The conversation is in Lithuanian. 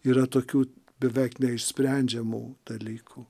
yra tokių beveik neišsprendžiamų dalykų